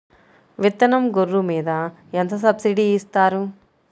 విత్తనం గొర్రు మీద ఎంత సబ్సిడీ ఇస్తారు?